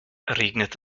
regnet